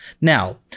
Now